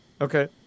Okay